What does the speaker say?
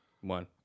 one